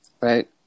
Right